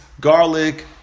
garlic